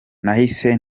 nahise